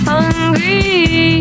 Hungry